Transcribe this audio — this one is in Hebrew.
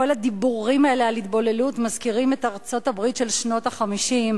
כל הדיבורים האלה על התבוללות מזכירים את ארצות-הברית של שנות ה-50.